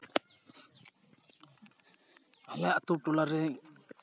ᱟᱞᱮ ᱟᱹᱛᱩ ᱴᱚᱞᱟ ᱨᱮ